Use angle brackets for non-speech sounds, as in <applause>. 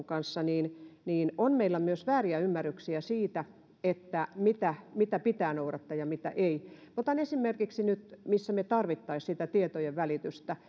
<unintelligible> kanssa niin niin on meillä myös vääriä ymmärryksiä siitä mitä mitä pitää noudattaa ja mitä ei otan nyt esimerkin missä me tarvitsisimme sitä tietojenvälitystä <unintelligible>